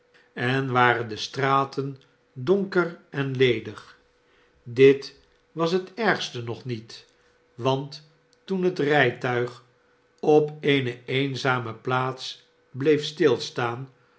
en waren de straten donker en ledig dit was het ergste nog niet want toen het rijtuig op eene eenzame plaas bleef stilstaan